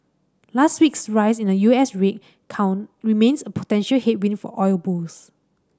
last week's rise in the U S rig count remains a potential headwind for oil bulls